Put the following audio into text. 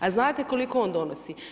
A znate koliko on donosi?